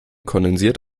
kondensiert